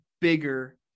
bigger